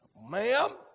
ma'am